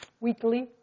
weekly